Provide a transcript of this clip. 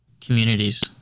communities